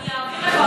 אני אעביר לך אותה.